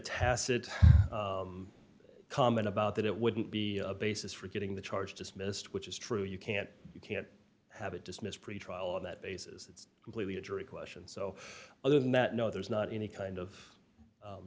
tacit comment about that it wouldn't be a basis for getting the charge dismissed which is true you can't you can't have it dismissed pretrial on that basis it's completely a jury question so other than that no there's not any kind of